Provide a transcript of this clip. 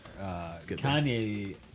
Kanye